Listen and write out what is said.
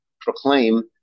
proclaim